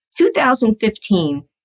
2015